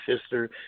sister